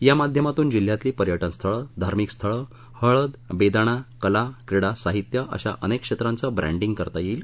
या माध्यमातून जिल्ह्यातली पर्यटन स्थळं धार्मिक स्थळं हळदबेदाणा कला क्रीडा साहित्य अशा अनेक क्षेत्राचं ब्रॅण्डींग करता येईल